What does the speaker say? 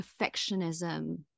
perfectionism